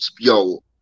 yo